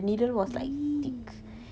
!ee!